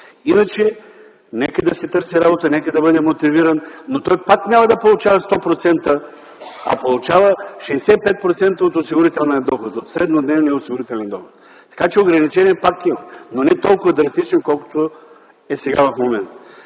Иначе нека да се търси работа, нека да бъде мотивиран, но той пак няма да получава 100%, а получава 65% от среднодневния осигурителен доход. Така че ограничение пак има, но не толкова драстично, колкото е сега в момента.